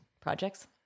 projects